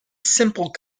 simple